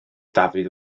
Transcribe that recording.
dafydd